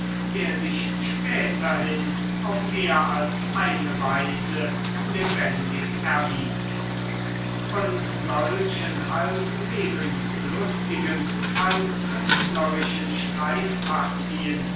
der sich späterhin auf mehr als eine weise lebendig erwies von solchen halb lebenslustigen halb